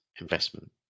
investment